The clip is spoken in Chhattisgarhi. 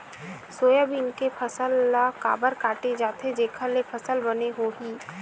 सोयाबीन के फसल ल काबर काटे जाथे जेखर ले फसल बने होही?